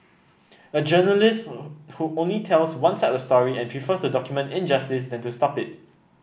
a journalist who only tells one side of the story and prefers to document injustice than to stop it